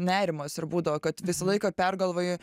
nerimas ir būdavo kad visą laiką pergalvoji